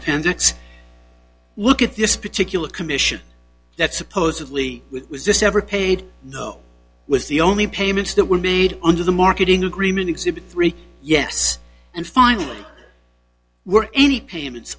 appendix look at this particular commission that supposedly with ever paid no was the only payments that were made under the marketing agreement exhibit three yes and finally were any payments